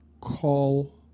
call